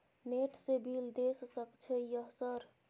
Net से bill देश सक छै यह सर?